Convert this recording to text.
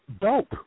dope